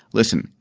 listen,